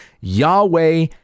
Yahweh